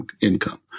income